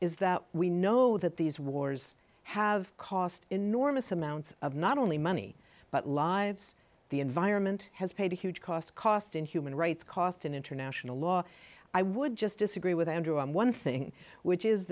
is that we know that these wars have cost enormous amounts of not only money but lives the environment has paid a huge cost cost in human rights cost in international law i would just disagree with andrew on one thing which is